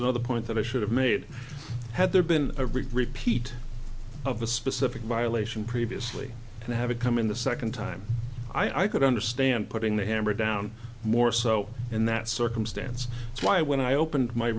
another point that i should have made had there been a repeat of a specific violation previously and have it come in the second time i could understand putting the hammer down more so in that circumstance why when i opened my